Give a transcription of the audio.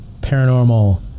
paranormal